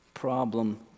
problem